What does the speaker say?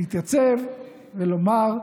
להתייצב ולומר: